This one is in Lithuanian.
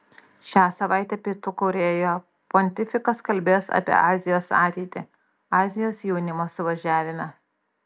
šią savaitę pietų korėjoje pontifikas kalbės apie azijos ateitį azijos jaunimo suvažiavime